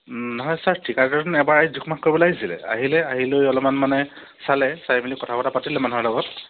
নহয় ছাৰ ঠিকাদাৰজন এবাৰ আহি জোখ মাখ কৰিব লাগিছিলে আহিলে আহি লৈ অলপমান মানে চালে চাই মেলি কথা বতৰা পাতিলে মানুহৰ লগত